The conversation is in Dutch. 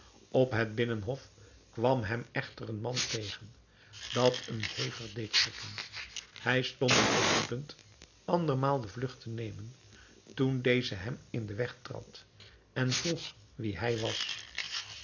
op het binnenhof kwam hem echter een man tegen dat hem hevig deed schrikken hij stond op het punt andermaal de vlugt te nemen toen deze hem in den weg trad en vroeg wie hij was